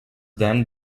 then